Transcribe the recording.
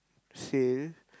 sale